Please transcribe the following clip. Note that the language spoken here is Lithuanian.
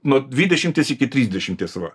nuo dvidešimties iki trisdešimties va